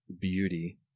beauty